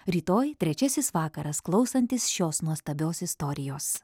rytoj trečiasis vakaras klausantis šios nuostabios istorijos